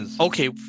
Okay